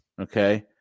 okay